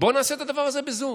בוא נעשה את הדבר הזה בזום.